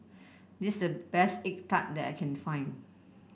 this is the best egg tart that I can find